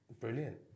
Brilliant